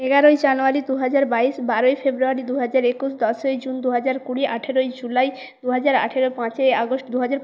এগারোই জানুয়ারি দুহাজার বাইশ বারোই ফেব্রুয়ারি দুহাজার একুশ দশই জুন দুহাজার কুড়ি আঠেরোই জুলাই দুহাজার আঠেরো পাঁচই আগস্ট দুহাজার